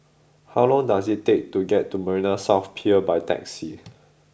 how long does it take to get to Marina South Pier by taxi